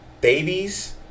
babies